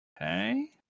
Okay